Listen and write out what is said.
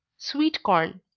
sweet corn.